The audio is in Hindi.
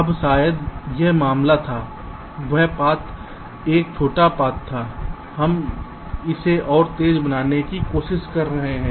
अब शायद यह मामला था वह पाथ 1 छोटा पाथ था हम इसे और तेज़ बनाने की कोशिश कर रहे हैं